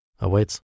Awaits